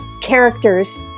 characters